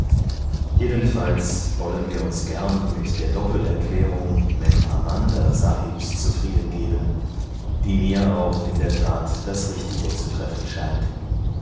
jedenfalls wollen wir uns gern mit der doppel erklärung mem amanda sahibs zufrieden geben die mir auch in der tat das richtige zu treffen scheint